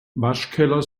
waschkeller